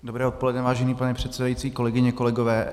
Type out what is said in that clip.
Dobré odpoledne, vážený pane předsedající, kolegyně, kolegové.